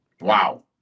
Wow